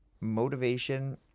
motivation